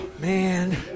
man